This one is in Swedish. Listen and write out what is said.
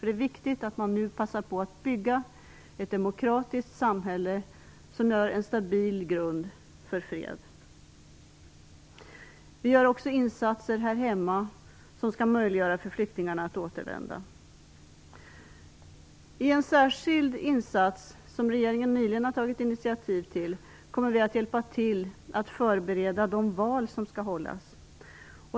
Det är viktigt att man nu passar på att bygga ett demokratiskt samhälle som utgör en stabil grund för fred. Vi gör också insatser här hemma som skall möjliggöra för flyktingarna att återvända. I en särskild insats som regeringen nyligen har tagit initiativ till kommer vi att hjälpa till att förbereda de val som skall hållas.